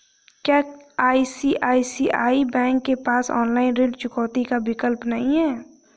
क्या ICICI bank के पास ऑनलाइन ऋण चुकौती का विकल्प नहीं है?